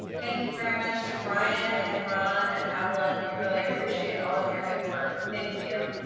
thank you very much to brian and ron and evelyn. we really appreciate all of your good work. thank you.